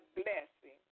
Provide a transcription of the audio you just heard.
blessing